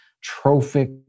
trophic